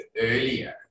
earlier